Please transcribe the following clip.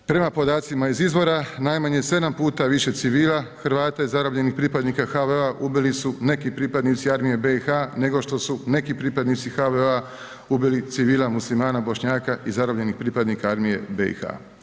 Prema podacima iz izvora, najmanje 7 puta više civila, Hrvata i zarobljenih pripadnika HVO-a ubili su neki pripadnici Armije BiH nego što su neki pripadnici HVO-a ubili civila, muslimana, Bošnjaka i zarobljenih pripadnika Armije BiH.